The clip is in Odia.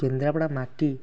କେନ୍ଦ୍ରାପଡ଼ା ମାଟି